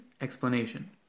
explanation